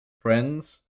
friends